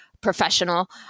professional